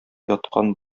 яткан